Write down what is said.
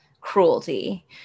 cruelty